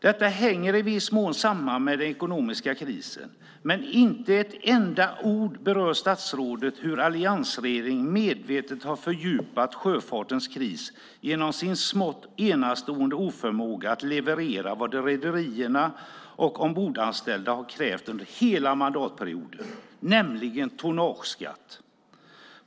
Detta hänger i viss mån samman med den ekonomiska krisen, men inte med ett enda ord berör statsrådet hur alliansregeringen medvetet har fördjupat sjöfartens kris genom sin smått enastående oförmåga att leverera vad rederierna och ombordanställda har krävt under hela mandatperioden, nämligen tonnageskatt.